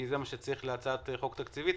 כי זה מה שצריך להצעת חוק תקציבית.